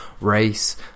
race